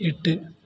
எட்டு